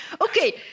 Okay